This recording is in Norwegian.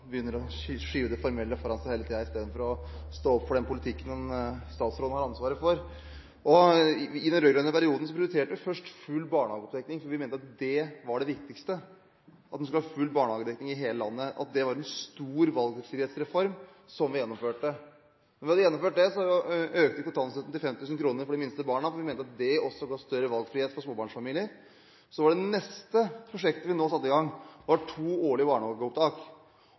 begynner å skyve det formelle foran seg hele tiden, istedenfor å stå for den politikken en statsråd har ansvaret for. I den rød-grønne perioden prioriterte vi først full barnehagedekning, for vi mente at det viktigste var at det skulle være full barnehagedekning i hele landet. Det var en stor valgfrihetsreform som vi gjennomførte. Da vi hadde gjennomført det, økte vi kontantstøtten til 5 000 kr for de minste barna, for vi mente at det ga større valgfrihet for småbarnsfamilier. Det neste prosjektet vi så satte i gang, var to årlige barnehageopptak, og vi ville gi de pengene gjennom kommunalministerens budsjett, fordi vi ønsket å styrke kommunenes mulighet til å gjennomføre to årlige barnehageopptak.